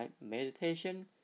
Meditation